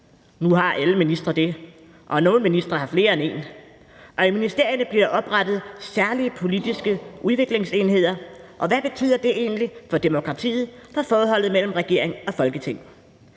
Nu har alle ministre det, og nogle ministre har flere end en, og i ministerierne bliver der oprettet særlige politiske udviklingsenheder. Og hvad betyder det egentlig for demokratiet og for forholdet mellem regering og Folketing?